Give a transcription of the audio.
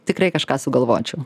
tikrai kažką sugalvočiau